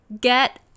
get